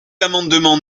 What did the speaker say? amendement